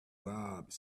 robbed